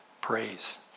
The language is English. praise